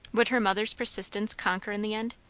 would her mother's persistence conquer in the end,